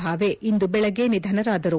ಭಾವೆ ಇಂದು ಬೆಳಗ್ಗೆ ನಿಧನರಾದರು